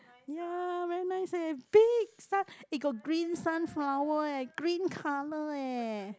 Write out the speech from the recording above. ya very nice eh big sun~ eh got green sunflower eh green colour eh